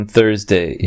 Thursday